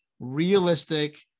realistic